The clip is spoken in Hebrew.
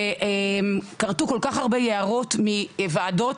וכרתו כל כך הרבה יערות מוועדות,